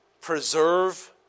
preserve